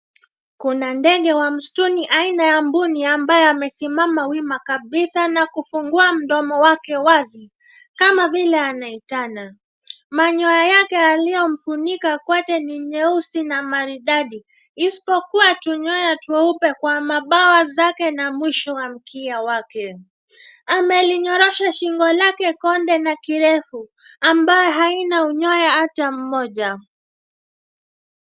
Kuna ndege wa msituni aina ya mbuni ambaye amesimama wima kabisa na kufungua mdomo wake wazi, kama vile anaitana. Manyoya yake yaliyomfunika kwote ni nyeusi na maridadi, ispokua tunyoya tweupe kwa mabawa zake na mwisho wa mkia wake. Amelinyorosha shingo lake konde na kirefu, ambae haina unyoya ata mmoja.